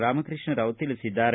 ರಾಮಕೃಷ್ಣ ರಾವ್ ತಿಳಿಸಿದ್ದಾರೆ